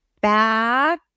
back